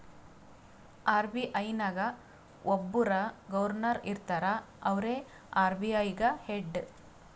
RBI ನಾಗ್ ಒಬ್ಬುರ್ governor ಇರ್ತಾರ ಅವ್ರೇ ಆರ್.ಬಿ.ಐ ಗ ಹೆಡ್